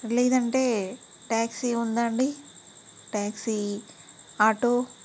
లేదంటే ట్యాక్సీ ఉందా అండి ట్యాక్సీ ఆటో